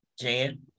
Jan